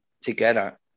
together